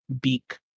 beak